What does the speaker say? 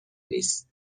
نیست